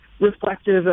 reflective